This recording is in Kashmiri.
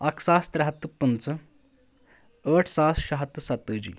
اکھ ساس ترٛےٚ ہَتھ تہٕ پٕنٛژٕہ ٲٹھ ساس شےٚ ہَتھ تہٕ ستٲجی